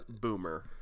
boomer